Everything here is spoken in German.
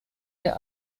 der